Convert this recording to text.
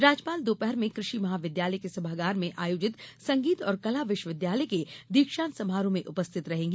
राज्यपाल दोपहर में कृषि महाविद्यालय के सभागार में आयोजित संगीत और कला विश्वविद्यालय के दीक्षांत समारोह में उपस्थित रहेंगी